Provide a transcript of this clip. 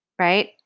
right